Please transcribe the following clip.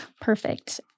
Perfect